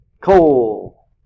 Coal